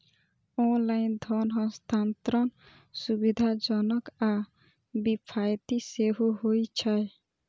online धन हस्तांतरण सुविधाजनक आ किफायती सेहो होइ छै